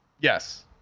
Yes